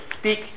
speak